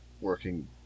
working